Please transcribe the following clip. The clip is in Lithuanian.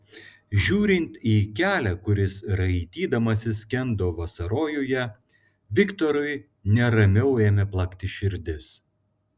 žiūrint į kelią kuris raitydamasis skendo vasarojuje viktorui neramiau ėmė plakti širdis